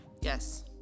Yes